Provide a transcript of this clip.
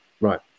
right